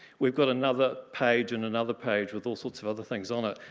we've got another page and another page with all sorts of other things on it.